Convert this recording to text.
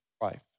life